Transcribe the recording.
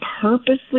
purposely